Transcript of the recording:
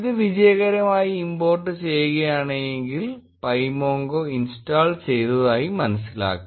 ഇത് വിജയകരമായി ഇമ്പോർട്ട് ചെയ്യുകയാണെങ്കിൽ pymongo ഇൻസ്റ്റാൾ ചെയ്തതായി മനസിലാക്കാം